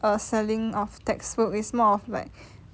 err selling of textbook is more of like